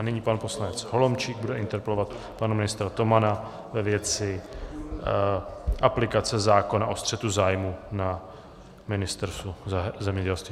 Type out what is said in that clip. Nyní pan poslanec Holomčík bude interpelovat pana ministra Tomana ve věci aplikace zákona o střetu zájmů na Ministerstvu zemědělství.